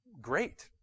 Great